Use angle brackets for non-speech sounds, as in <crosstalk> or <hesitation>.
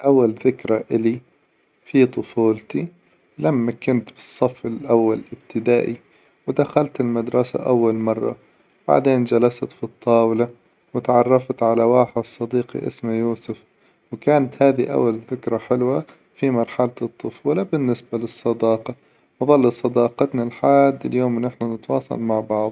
أول ذكرى إلي في طفولتي لما كنت بالصف الأول ابتدائي ودخلت المدرسة أول مرة، بعدين جلست في الطاولة، وتعرفت على واحد صديقي اسمه يوسف، وكانت هذي أول ذكرى حلوة في مرحلة الطفولة بالنسبة للصداقة، وظلت صداقتنا لحا <hesitation> د اليوم ونحن نتواصل مع بعظ.